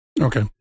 Okay